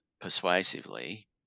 persuasively